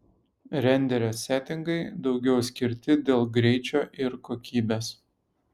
renderio setingai daugiau skirti dėl greičio ir kokybės